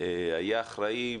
היה אחראי,